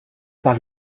par